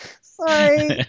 sorry